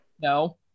No